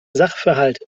sachverhalt